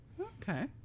Okay